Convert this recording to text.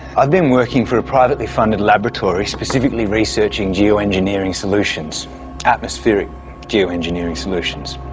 i've been working for a privately funded laboratory specifically researching geoengineering solutions atmospheric geoengineering solutions.